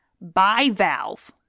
bivalve